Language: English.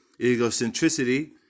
egocentricity